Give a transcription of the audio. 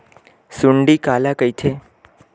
सुंडी काला कइथे?